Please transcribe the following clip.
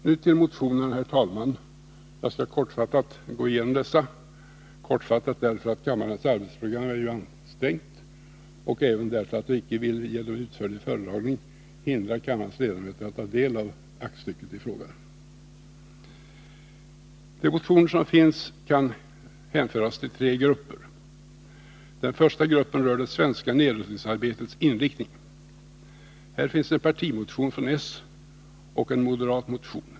Nu till motionerna, herr talman! Jag skall kortfattat gå igenom dessa — kortfattat därför att kammarens arbetsprogram är ansträngt och även därför att jag icke vill genom utförlig föredragning hindra kammarens ledamöter från att ta del av aktstyckena i fråga. De motioner som väckts kan hänföras till tre grupper. Den första gruppen rör det svenska nedrustningsarbetets inriktning. Här finns en partimotion från s och en moderat motion.